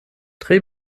tre